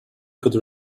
could